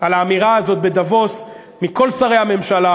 על האמירה הזאת בדבוס מכל שרי הממשלה,